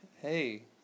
Hey